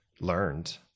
learned